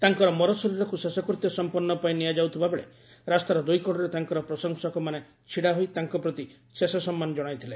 ତାଙ୍କର ମରଶରୀରକୁ ଶେଷକୂତ୍ୟ ସଂପନ୍ନ ପାଇଁ ନିଆଯାଉଥିବା ବେଳେ ରାସ୍ତାର ଦୁଇକଡ଼ରେ ତାଙ୍କର ପ୍ରଶଂସକମାନେ ଛିଡ଼ା ହୋଇ ତାଙ୍କ ପ୍ରତି ଶେଷ ସମ୍ମାନ ଜଣାଇଥିଲେ